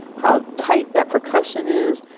how tight that percussion is.